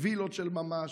וילות של ממש,